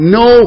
no